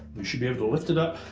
you should be able to lift it up